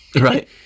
right